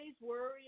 worry